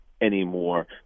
anymore